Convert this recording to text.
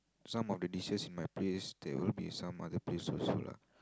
some of the dishes in my place there will be some other place also lah